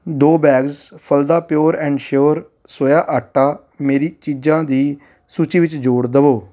ਦੋ ਬੈਗਜ਼ ਫਲਦਾ pure and sure soya atta ਮੇਰੀ ਚੀਜਾਂ ਦੀ ਸੂਚੀ ਵਿੱਚ ਜੋੜ ਦਵੋ